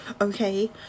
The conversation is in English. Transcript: Okay